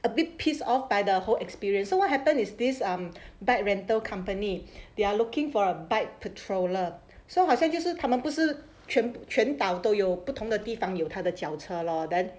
a bit pissed off by the whole experience so what happen is this um bike rental company they are looking for a bike patroller so 好像就是他们不是全部全岛都有不同的地方有他的脚车 lor then